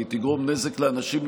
והיא תגרום נזק לאנשים,